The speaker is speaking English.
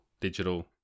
Digital